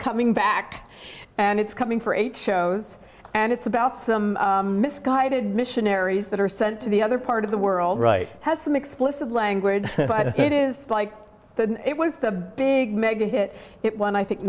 coming back and it's coming for eight shows and it's about some misguided missionaries that are sent to the other part of the world right has some explicit language but it is like the it was the big mega hit it won i think